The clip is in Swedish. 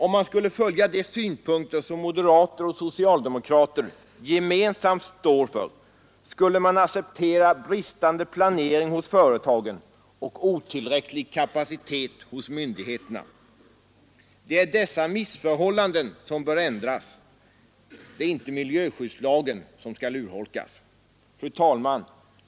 Om man skulle följa de synpunkter som moderater och socialdemokrater gemensamt står för, skulle man få acceptera bristande planering hos företagen och otillräcklig kapacitet hos myndigheterna. Det är dessa missförhållanden som bör ändras. Det är inte miljöskyddslagen som skall urholkas. Fru talman!